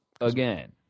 again